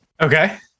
Okay